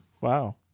Wow